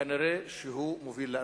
כנראה הוא מוביל לאסון.